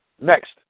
Next